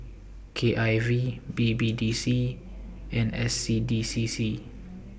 K I V B B D C and S C D C C